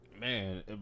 man